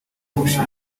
wizkid